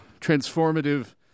transformative